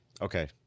Okay